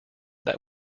that